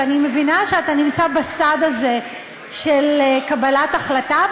ואני מבינה שאתה נמצא בסד הזה של קבלת החלטה,